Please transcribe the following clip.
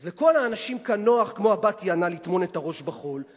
אז לכל האנשים כאן נוח לטמון את הראש בחול כמו בת היענה.